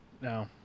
No